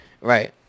Right